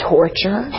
Torture